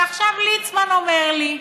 ועכשיו ליצמן אומר לי.